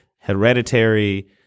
hereditary